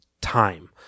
time